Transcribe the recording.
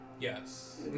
Yes